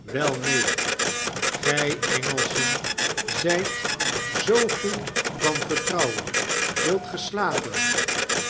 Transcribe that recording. wel neen gy engelschen zyt zoo goed van vertrouwen wilt ge slapen